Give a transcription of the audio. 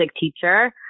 teacher